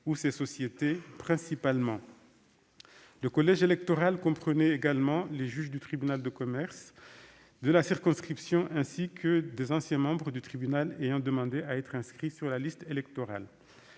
ou ces sociétés, principalement. Le collège électoral comprenait également les juges du tribunal de commerce de la circonscription, ainsi que d'anciens membres du tribunal ayant demandé à être inscrits sur la liste électorale.